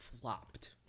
flopped